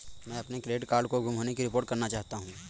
मैं अपने debit card के गुम होने की रिपोर्ट करना चाहता हूँ